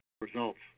results